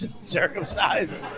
circumcised